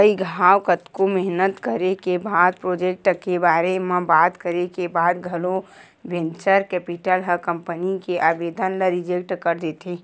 कई घांव कतको मेहनत करे के बाद प्रोजेक्ट के बारे म बात करे के बाद घलो वेंचर कैपिटल ह कंपनी के आबेदन ल रिजेक्ट कर देथे